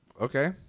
Okay